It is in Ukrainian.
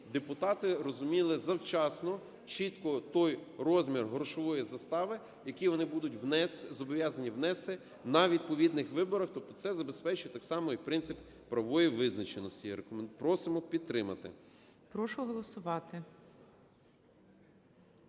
депутати розуміли завчасно чітко той розмір грошової застави, який вони будуть зобов'язані внести на відповідних виборах. Тобто це забезпечує так само і принцип правової визначеності. Просимо підтримати. ГОЛОВУЮЧИЙ. Прошу голосувати.